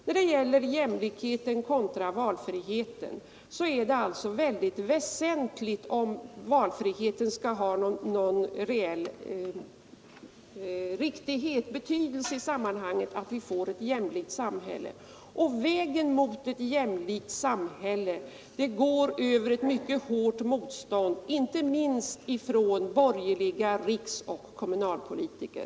När det gäller jämlikheten kontra valfriheten är det väldigt väsentligt, om valfriheten skall ha någon reell betydelse i sammanhanget, att vi får ett jämlikt samhälle. Vägen mot ett jämlikt samhälle går över ett mycket hårt motstånd inte minst från borgerliga riksoch kommunalpolitiker.